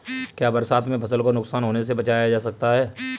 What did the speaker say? क्या बरसात में फसल को नुकसान होने से बचाया जा सकता है?